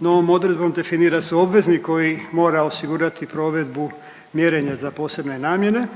novom odredbom definira se obveznik koji mora osigurati provedbu mjerenja za posebne namjene.